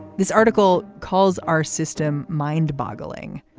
this article calls our system mind boggling.